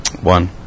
One